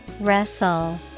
Wrestle